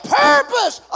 purpose